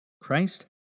Christ